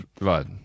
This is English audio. Right